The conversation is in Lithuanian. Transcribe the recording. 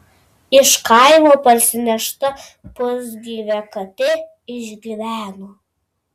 iš kaimo parsinešta pusgyvė katė išgyveno